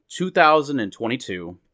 2022